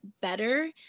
better